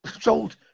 sold